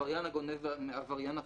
עבריין הגונב מעבריין אחר.